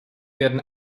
werden